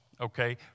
okay